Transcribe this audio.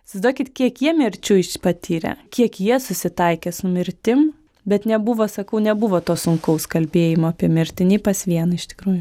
įsivaizduokit kiek jie mirčių iš patyrę kiek jie susitaikę su mirtim bet nebuvo sakau nebuvo to sunkaus kalbėjimo apie mirtį nei pas vieną iš tikrųjų